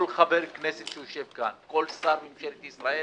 כל חבר כנסת שיושב כאן וכל שר בממשלת ישראל